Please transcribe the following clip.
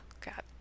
god